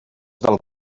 del